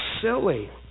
silly